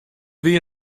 wie